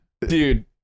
dude